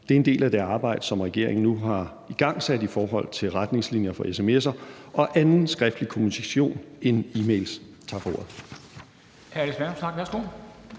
Det er en del af det arbejde, som regeringen nu har igangsat i forhold til retningslinjer for sms'er og anden skriftlig kommunikation end e-mails. Tak for ordet.